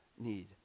need